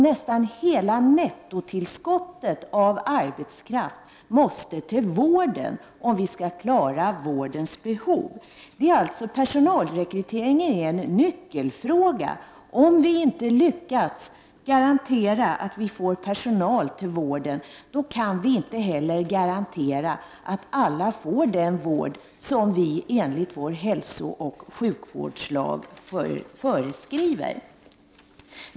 Nästan hela nettotillskottet av arbetskraft måste till vården, om vi skall klara vårdens behov. Personalrekryteringen är alltså en nyckelfråga. Om vi inte lyckas garantera att vi får personal till vården, kan vi inte heller garantera att alla får den vård som vår hälsooch sjukvårdslag föreskriver.